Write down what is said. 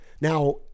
Now